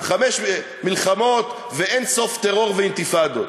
חמש מלחמות ואין-סוף טרור ואינתיפאדות.